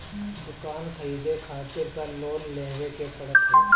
दुकान खरीदे खारित तअ लोन लेवही के पड़त हवे